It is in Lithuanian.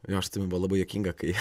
jo aš atsimenu buvo labai juokinga kai